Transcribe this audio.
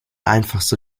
einfachste